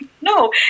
No